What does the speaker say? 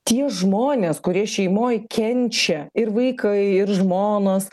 tie žmonės kurie šeimoj kenčia ir vaikai ir žmonos